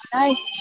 nice